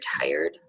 tired